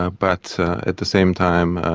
ah but at the same time